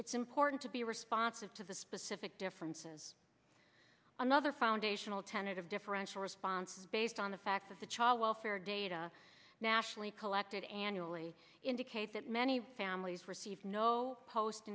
it's important to be responsive to the specific differences another foundational tenet of differential response is based on the fact that the child welfare data nationally collected annually indicate that many families receive no post